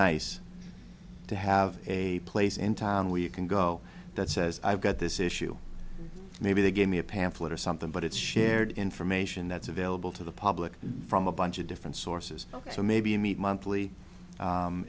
nice to have a place in town where you can go that says i've got this issue maybe they gave me a pamphlet or something but it's shared information that's available to the public from a bunch of different sources ok so maybe meet